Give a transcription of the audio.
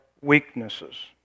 weaknesses